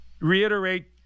reiterate